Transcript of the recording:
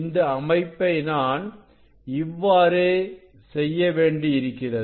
இந்த அமைப்பை நான் இவ்வாறு செய்யவேண்டியிருக்கிறது